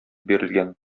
бирелгән